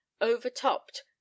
overtopped